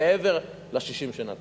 מעבר ל-60 שנתנו.